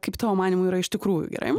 kaip tavo manymu yra iš tikrųjų gerai